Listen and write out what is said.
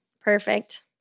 Perfect